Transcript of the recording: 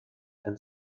and